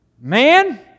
man